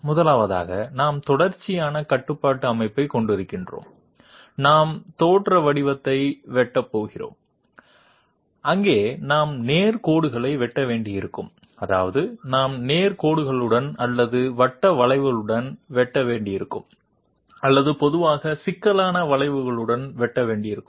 முதலாவதாக நாம் தொடர்ச்சியான கட்டுப்பாட்டு அமைப்பைக் கொண்டிருக்கிறோம் நாம் தோற்ற வடிவத்தை வெட்டப் போகிறோம் அங்கே நாம் நேர் கோடுகளை வெட்ட வேண்டியிருக்கும் அதாவது நாம் நேர் கோடுகளுடன் அல்லது வட்ட வளைவுடன் வெட்ட வேண்டியிருக்கும் அல்லது பொதுவாக சிக்கலான வளைவுகளுடன் வெட்ட வேண்டியிருக்கும்